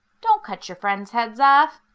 don't cut your friend's heads off!